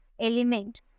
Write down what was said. element